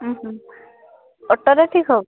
ଅଟୋରେ ଠିକ୍ ହଉ